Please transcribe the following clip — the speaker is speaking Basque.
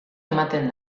ematen